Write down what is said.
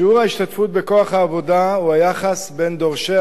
שיעור ההשתתפות בכוח העבודה הוא היחס בין דורשי